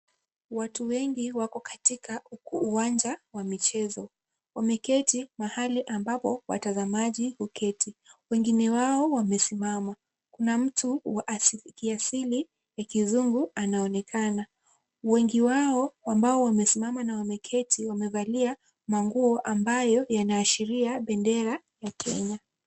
Watu wengi wako katika uwanJA wa michezo. Wameketi mahali ambapo watazamaji huketi. Wengine wao wamesimama na mtu wa kiasili ya kizungu anaonekana. Wengi wao ambao wamesimama na wameketi wamevalia manguo ambayo yanaashiria bendera ya Kenya.